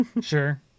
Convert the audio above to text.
Sure